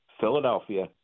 Philadelphia